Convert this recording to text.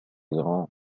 grands